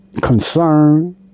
concern